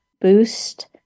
boost